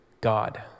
God